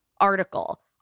Article